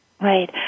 Right